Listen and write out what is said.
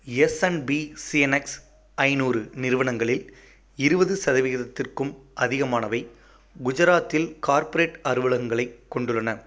S and P CNX ஐநூறு நிறுவனங்களில் இருபது சதவிகிதத்திற்கும் அதிகமானவை குஜராத்தில் கார்ப்ரேட் அலுவலகங்களை கொண்டுள்ளன